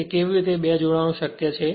તે કેવી રીતે બે જોડાણો શક્ય છે